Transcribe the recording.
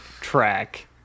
track